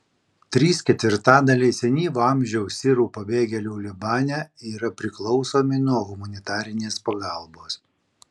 trys ketvirtadaliai senyvo amžiaus sirų pabėgėlių libane yra priklausomi nuo humanitarės pagalbos